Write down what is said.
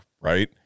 right